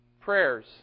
prayers